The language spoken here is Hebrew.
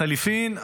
לחלופין,